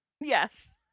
Yes